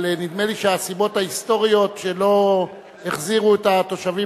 אבל נדמה לי שהסיבות ההיסטורית לכך שלא החזירו את התושבים,